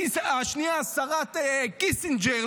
השנייה שרת קיסינג'ר,